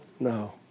no